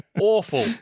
Awful